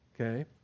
okay